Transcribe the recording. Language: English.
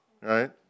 right